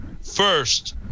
First